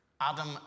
Adam